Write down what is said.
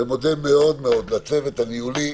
ומודה מאוד מאוד לצוות הניהולי,